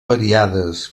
variades